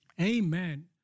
Amen